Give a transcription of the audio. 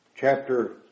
chapter